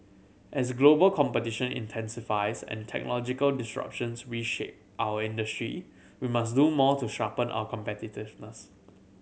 as global competition intensifies and technological disruptions reshape our industry we must do more to sharpen our competitiveness